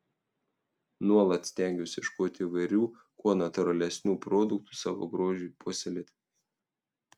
nuolat stengiuosi ieškoti įvairių kuo natūralesnių produktų savo grožiui puoselėti